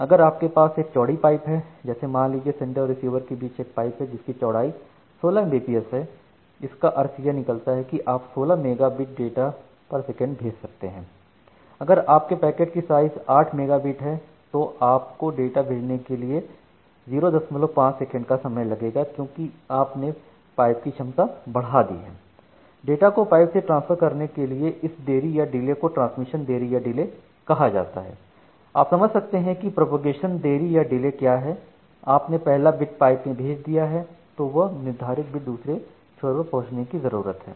अगर आपके पास एक चौड़ी पाइप है जैसे मान लीजिए सेंडर और रिसीवर के बीच में एक पाइप है जिसकी चौड़ाई 16 एमबीपीएस है इसका अर्थ यह निकलता है कि आप 16 mega bit data per second भेज सकते हैं अगर आप के पैकेट की साइज 8 मेगा बिट है तो आपको डाटा भेजने के लिए 05 सेकंड का समय लगेगा क्योंकि आपने पाइप की क्षमता बढ़ा दी है डाटा को पाइप से ट्रांसफर करने के लिए इस देरी या डिले को ट्रांसमिशन देरी या डिले कहा जाता है अब समझते हैं की प्रोपेगेशन देरी या डिले क्या है आपने पहला बिट पाइप में भेज दिया तो वह निर्धारित बिट दूसरे छोर पर पहुंचने की जरूरत है